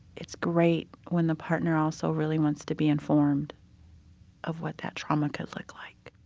it's great when the partner also really wants to be informed of what that trauma could look like